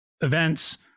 events